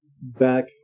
back